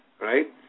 right